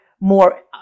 more